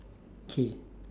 K